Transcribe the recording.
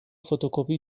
فتوکپی